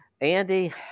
Andy